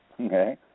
okay